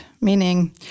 meaning